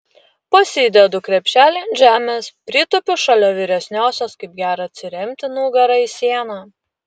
pasidedu krepšelį ant žemės pritūpiu šalia vyresniosios kaip gera atsiremti nugara į sieną